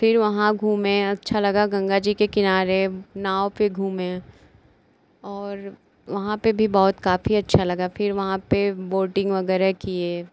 फिर वहाँ घूमे अच्छा लगा गंगा जी किनारे नाव पर घूमे और वहाँ पर भी बहुत काफी अच्छा लगा फिर वहाँ पर बोटिंग वग़ैरह किए